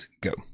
go